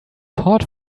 port